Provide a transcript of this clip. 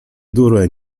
dureń